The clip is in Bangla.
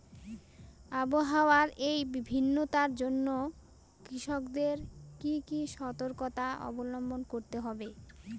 আবহাওয়ার এই ভিন্নতার জন্য কৃষকদের কি কি সর্তকতা অবলম্বন করতে হবে?